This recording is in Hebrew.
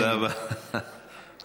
תודה רבה, אדוני.